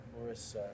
Morris